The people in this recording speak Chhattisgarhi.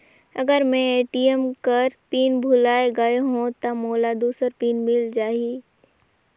अगर मैं ए.टी.एम कर पिन भुलाये गये हो ता मोला दूसर पिन मिल जाही?